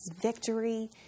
victory